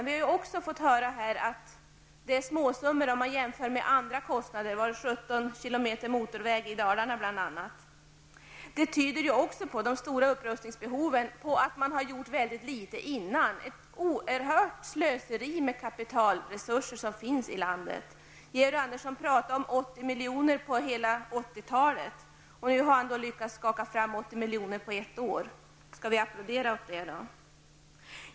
Vi har också fått höra att det är småsummor om man jämför med andra kostnader, som t.ex. 17 kilometer motorväg i De stora upprustningsbehoven tyder också på att man har gjort väldigt litet innan -- ett oerhört slöseri med kapitalresurser som finns i landet. Georg Andersson talade om 80 miljoner under hela 80-talet och nu har han lyckats skaka fram 80 miljoner på ett år. Skall vi applådera åt det?